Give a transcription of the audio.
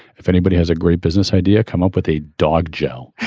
if anybody has a great business idea, come up with a dog jill,